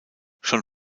schon